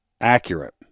accurate